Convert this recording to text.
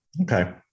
okay